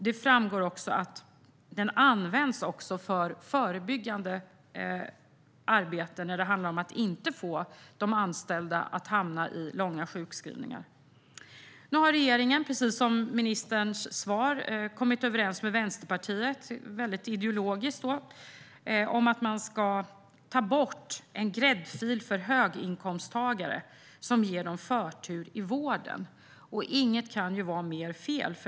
Det framgår att den används också för förebyggande arbete, där det handlar om att få de anställda att inte hamna i långa sjukskrivningar. Nu har regeringen kommit överens med Vänsterpartiet, som ministern sa i sitt svar, om att man - väldigt ideologiskt - ska ta bort "en gräddfil för höginkomsttagare som ger dem förtur i vården". Inget kan vara mer fel.